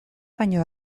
baino